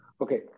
Okay